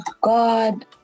God